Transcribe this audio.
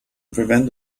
prevent